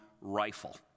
rifle